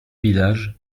village